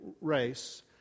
race